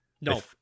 No